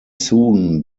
soon